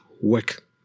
work